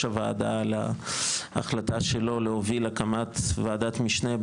הוועדה על ההחלטה שלו להוביל הקמת וועדת משנה,